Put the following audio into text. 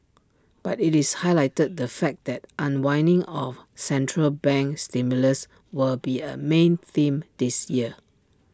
but IT highlighted the fact that unwinding of central bank stimulus will be A main theme this year